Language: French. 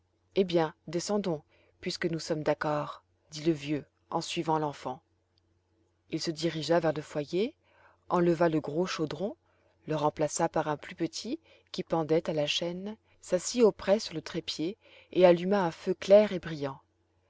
eh bien descendons puisque nous sommes d'accord dit le vieux en suivant l'enfant il se dirigea vers le foyer enleva le grand chaudron le remplaça par un plus petit qui pendant à la chaîne s'assit auprès sur le trépied et allume un feu clair et brillant